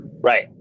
right